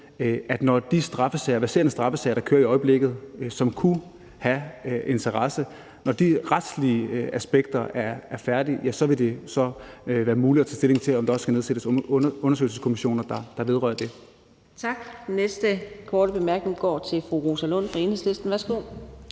verserende straffesager, der er i øjeblikket, som kunne have interesse, er færdige, så vil det være muligt at tage stilling til, om der også skal nedsættes undersøgelseskommissioner, der vedrører det.